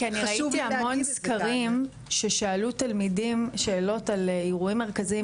כי אני ראיתי המון סקרים ששאלו תלמידים שאלות על אירועים מרכזיים,